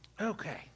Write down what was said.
Okay